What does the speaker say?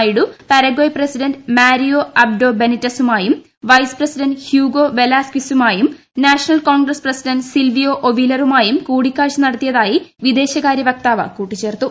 Naidu Paraguay president Mario Abdo ബെനിറ്റസുമായും vice president Hugo വെലാസ്ക്വിസുമായും national congress president Silvio ഒവീലറുമായും കൂടിക്കാഴ്ച നടത്തിയതായി വിദേശകാര്യ വക്താവ് കൂട്ടിച്ചേർത്തു